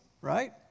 right